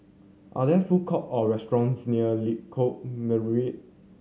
are there food court or restaurants near Lengkok Merak